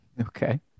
Okay